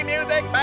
Music